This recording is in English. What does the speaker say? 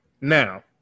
now